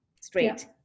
straight